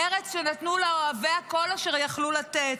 ארץ שנתנו לה אוהביה כל אשר יכלו לתת.